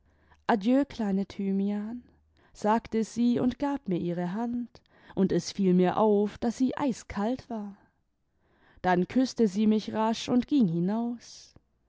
adieu kleine thymian sagte sie und gab mir ihre hand und es fiel mir auf daß sie eiskalt war dann küßte sie mich rasch vaad ging hinaus